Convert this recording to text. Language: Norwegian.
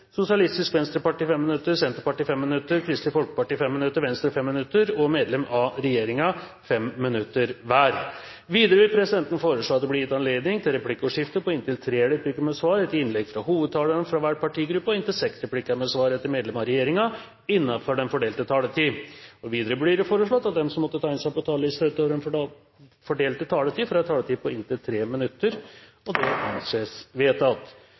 Sosialistisk Venstreparti 5 minutter, Senterpartiet 5 minutter, Kristelig Folkeparti 5 minutter, Venstre 5 minutter og medlemmer av regjeringen 5 minutter hver. Videre vil presidenten foreslå at det blir gitt anledning til replikkordskifte på inntil tre replikker med svar etter innlegg fra hovedtalerne fra hver partigruppe og inntil seks replikker med svar etter medlemmer av regjeringen innenfor den fordelte taletid. Videre blir det foreslått at de som måtte tegne seg på talerlisten utover den fordelte taletid, får en taletid på inntil 3 minutter. – Det anses vedtatt.